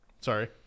Sorry